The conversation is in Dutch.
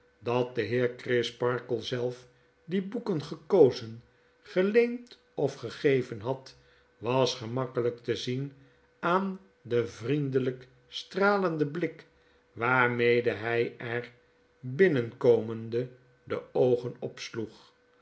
dat de heer crisparkle zelf die boeken gekozen geleend of gegeven had was gemakkelijk te zien aan den vriendeljjk stralenden blik waarmede hij er binnenkomende de ooen